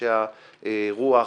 אנשי הרוח,